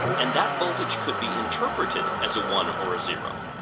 and that voltage could be interpreted as a one or a zero.